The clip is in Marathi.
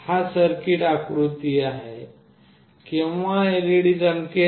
हा सर्किट आकृती आहे केव्हा LED चमकेल